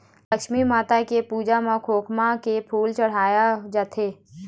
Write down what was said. लक्छमी माता के पूजा म खोखमा के फूल चड़हाय जाथे